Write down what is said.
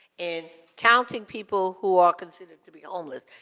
in counting people who are considered to be homeless.